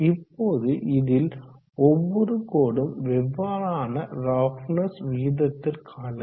இப்போது இதில் ஒவ்வொரு கோடும் வெவ்வேறான ரஃப்னஸ் விகிதத்திற்கானது